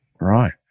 Right